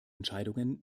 entscheidungen